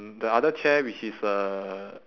the other chair which is a